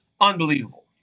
unbelievable